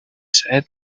said